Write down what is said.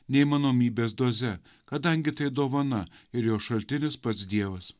neįmanomybės doze kadangi tai dovana ir jos šaltinis pats dievas